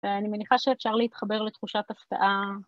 אני מניחה שאפשר להתחבר לתחושת הפתעה.